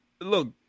look